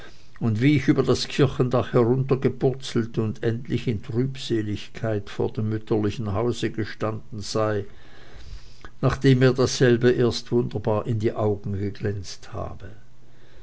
und wie ich über das kirchendach heruntergepurzelt und endlich in trübseligkeit vor dem mütterlichen hause gestanden sei nachdem mir dasselbe erst wunderbar in die augen geglänzt habe